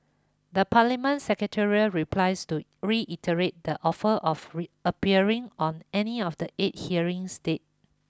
the Parliament secretariat replies to reiterate the offer of appearing on any of the eight hearing state